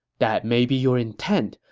that may be your intent,